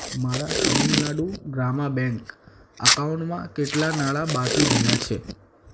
મારા તમિલનાડુ ગ્રામા બેંક એકાઉન્ટમાં કેટલાં નાણાં બાકી રહ્યાં છે